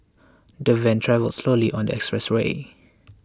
the van travelled slowly on the expressway